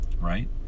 Right